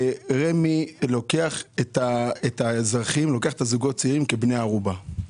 רמ"י לוקח את הזוגות הצעירים כבני ערובה.